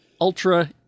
ultra